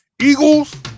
Eagles